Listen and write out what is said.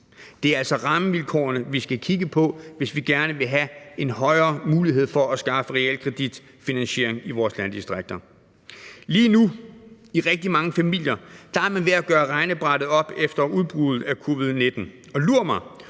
Det er altså rammevilkårene, vi skal kigge på, hvis vi gerne vil have en bedre mulighed for at skaffe realkreditfinansiering i vores landdistrikter. Lige nu er man i rigtig mange familier ved at gøre regnebrættet op efter udbruddet af covid-19, og lur mig,